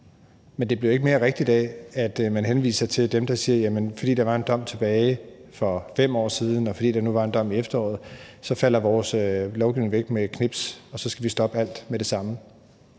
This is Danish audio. men det bliver ikke mere rigtigt af, at man henviser til dem, der siger, at fordi der var en dom tilbage fra for 5 år siden, eller fordi der nu var en dom i efteråret, så falder vores lovgivning væk med et knips, og så skal vi stoppe alt med det samme.